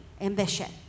ambition